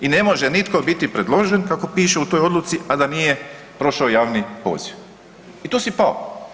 I ne može nitko biti predložen kako piše u toj odluci a da nije prošao javni poziv i tu si pao.